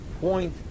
point